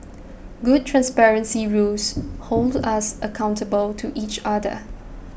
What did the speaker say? good transparency rules hold us accountable to each other